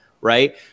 right